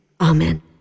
Amen